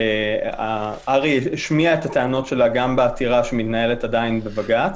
הר"י השמיעה את הטענות שלה גם בעתירה שמתנהלת עדיין בבג"ץ.